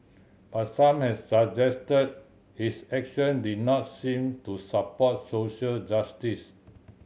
but some have suggested his action did not seem to support social justice